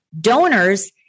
donors